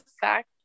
fact